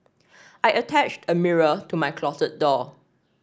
I attached a mirror to my closet door